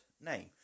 name